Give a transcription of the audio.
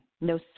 no